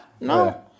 No